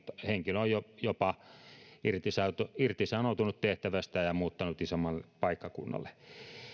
henkilö on jopa irtisanoutunut irtisanoutunut tehtävästään ja muuttanut isommalle paikkakunnalle